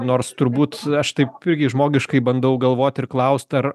nors turbūt aš tai irgi žmogiškai bandau galvot ir klaust ar